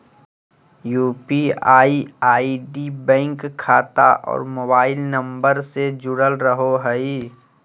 UPI ID bank खाता और mobile number से से जुरल रहो हइ